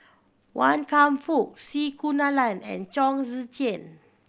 Wan Kam Fook C Kunalan and Chong Tze Chien